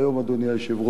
אדוני היושב-ראש,